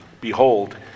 Behold